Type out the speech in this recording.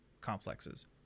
complexes